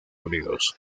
unidos